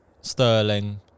Sterling